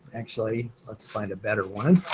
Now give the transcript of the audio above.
actually let's find a better one.